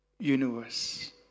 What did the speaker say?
Universe